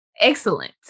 excellent